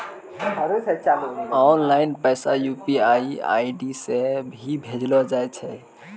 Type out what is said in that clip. online पैसा UPI ID से भी भेजलो जाय छै